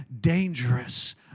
dangerous